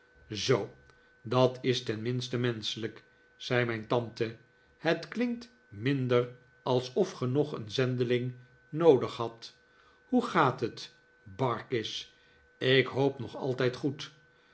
zoo dat is tenminste menschelijk zei mijn tante het klinkt minder alsof ge nog een zendeling noodig hadt hoe gaat het barkis ik hoop nog altijd goed